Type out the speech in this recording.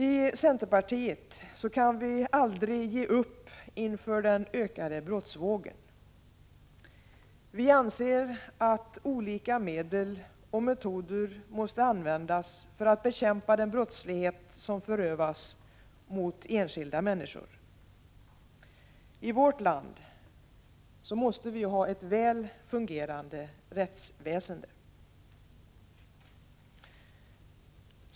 I centerpartiet kan vi aldrig ge upp inför den ökade brottsvågen. Vi anser att olika medel och metoder måste användas för att bekämpa den brottslighet som förövas mot enskilda människor. Vårt land måste ha ett väl fungerande rättsväsende.